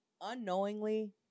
unknowingly